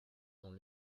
dans